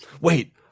Wait